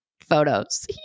photos